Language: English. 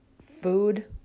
Food